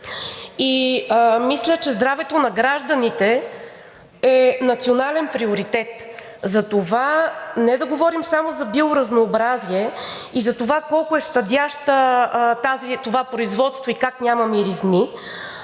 и мисля, че здравето на гражданите е национален приоритет. Затова не да говорим само за биоразнообразие и за това колко е щадящо това производство и как няма миризми.